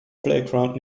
playground